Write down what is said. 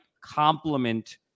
complement